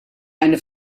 eine